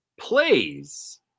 plays